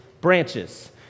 branches